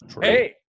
Hey